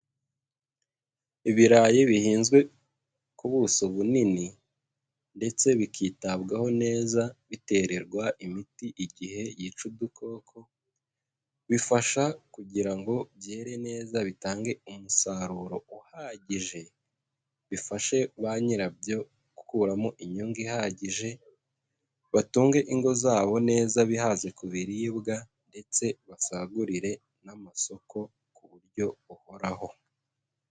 Ibirayi bihinzwe ku buso bunini, ndetse bikitabwaho neza bitererwa imiti igihe yica udukoko, bifasha kugira ngo byere neza bitange umusaruro uhagije, bifashe ba nyirabyo gukuramo inyungu ihagije, batunge ingo zabo neza bihaze ku biribwa, ndetse basagurire n'amasoko ku buryo buhoraho.